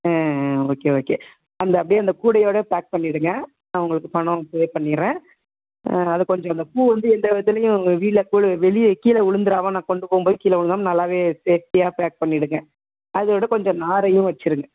ஆ ஆ okay okay அந்த அப்படியே அந்த கூடையோடே பேக் பண்ணிவிடுங்க அவங்களுக்கு பணம் பே பண்ணிடுறேன் அது கொஞ்சம் இந்த பூ வந்து எந்த விதத்துலையும் வீழ கோலு வெளியே கீழ விழுந்துறாம நான் கொண்டுபோம்போது கீழே விழுகாம நல்லாவே சேஃப்டியாக பேக் பண்ணிவிடுங்க அதோட கொஞ்சம் நாரையும் வச்சுருங்க